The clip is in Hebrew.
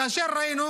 כאשר ראינו